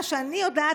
ממה שאני יודעת,